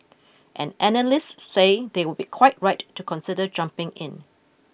and analysts say they would be quite right to consider jumping in